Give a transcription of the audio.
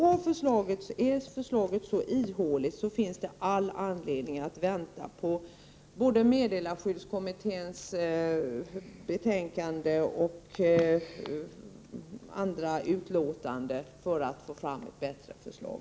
Är förslaget så ihåligt, finns det all anledning att vänta på både meddelarskyddskommitténs betänkande och andra utlåtanden för att få fram ett bättre förslag.